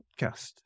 podcast